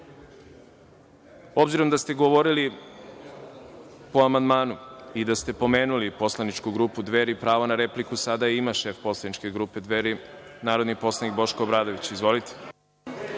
Srbije. Obzirom da ste govorili po amandmanu i da ste pomenuli poslaničku grupu Dveri, pravo na repliku sada ima šef poslaničke grupe Dveri, narodni poslanik Boško Obradović. Izvolite.